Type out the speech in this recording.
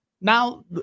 Now